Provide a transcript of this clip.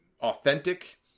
authentic